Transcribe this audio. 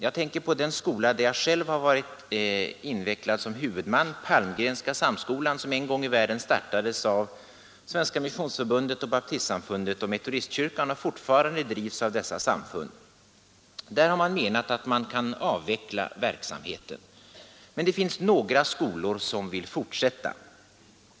Jag tänker på den skola där jag själv varit huvudman — Palmgrenska skolan som en gång i världen startades av Svenska Missionsförbundet, Baptistsamfundet och Metodistkyrkan och som fortfarande drivs av dessa samfund. Där har man ansett att verksamheten kan avvecklas. Men det finns några skolor som vill fortsätta.